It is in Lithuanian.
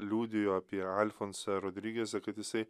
liudijo apie alfonsą rodrigesą kad jisai